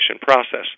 process